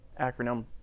acronym